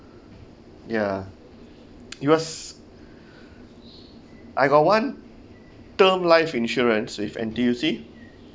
ya it was I got one term life insurance with N_T_U_C